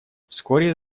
вскоре